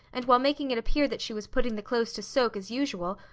and while making it appear that she was putting the clothes to soak, as usual,